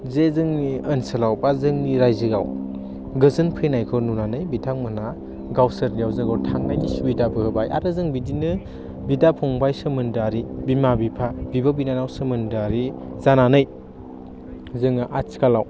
जे जोंनि ओनसोलाव बा जोंनि रायजोआव गोजोन फैनायखौ नुनानै बिथांमोनहा गावसोरनियाव जोंखौ थांनायनि सुबिदाबो होबाय आरो जों बिदिनो बिदा फंबाय सोमोन्दोआरि बिमा बिफा बिब' बिनानाव सोमोन्दोआरि जानानै जोङो आथिखालाव